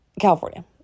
California